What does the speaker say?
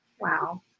Wow